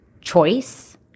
choice